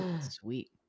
sweet